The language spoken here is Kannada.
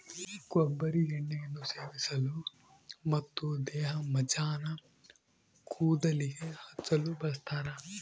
ಕೊಬ್ಬರಿ ಎಣ್ಣೆಯನ್ನು ಸೇವಿಸಲು ಮತ್ತು ದೇಹಮಜ್ಜನ ಕೂದಲಿಗೆ ಹಚ್ಚಲು ಬಳಸ್ತಾರ